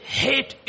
hate